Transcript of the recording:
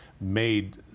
made